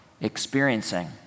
experiencing